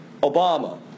Obama